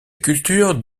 culture